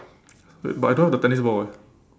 wait but I don't have the tennis ball eh